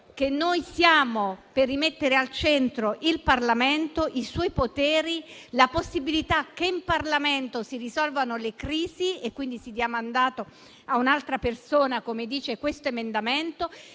che noi siamo per rimettere al centro il Parlamento, i suoi poteri e la possibilità che in Parlamento si risolvano le crisi e quindi si dia mandato a un'altra persona - come dice questo emendamento